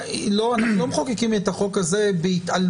אנחנו לא מחוקקים את החוק הזה בהתעלמות